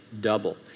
double